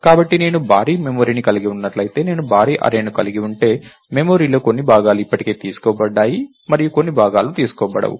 కాబట్టి నేను భారీ మెమరీని కలిగి ఉన్నట్లయితే నేను భారీ అర్రేని కలిగి ఉంటే మెమరీలో కొన్ని భాగాలు ఇప్పటికే తీసుకోబడ్డాయి మరియు కొన్ని భాగాలు తీసుకోబడవు